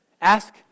ask